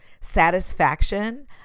satisfaction